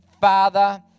Father